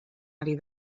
ari